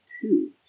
two